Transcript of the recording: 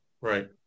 Right